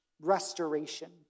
restoration